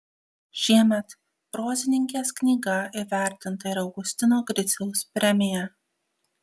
šiemet prozininkės knyga įvertinta ir augustino griciaus premija